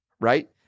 right